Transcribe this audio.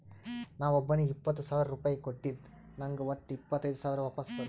ನಾ ಒಬ್ಬೋನಿಗ್ ಇಪ್ಪತ್ ಸಾವಿರ ರುಪಾಯಿ ಕೊಟ್ಟಿದ ನಂಗ್ ವಟ್ಟ ಇಪ್ಪತೈದ್ ಸಾವಿರ ವಾಪಸ್ ಬಂದು